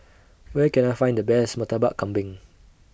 Where Can I Find The Best Murtabak Kambing